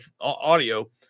audio